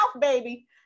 baby